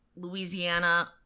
Louisiana